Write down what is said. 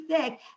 thick